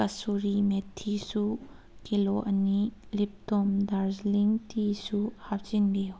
ꯀꯥꯁꯣꯔꯤ ꯃꯦꯊꯤꯁꯨ ꯀꯤꯂꯣ ꯑꯅꯤ ꯂꯤꯞꯇꯣꯝ ꯗꯥꯔꯖꯂꯤꯡ ꯇꯤꯁꯨ ꯍꯥꯞꯆꯤꯟꯕꯤꯌꯨ